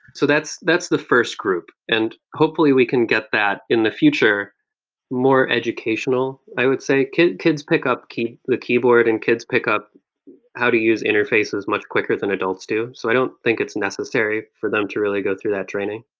so that's that's the first group. and hopefully, we can get that in the future more educational, i would say. kids kids pick up the keyboard and kids pick up how to use interface as much quicker than adults do. so i don't think it's necessary for them to really go through that training.